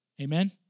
Amen